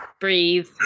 breathe